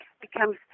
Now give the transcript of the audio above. becomes